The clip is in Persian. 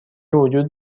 وجود